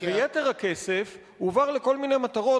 ויתר הכסף הועבר לכל מיני מטרות,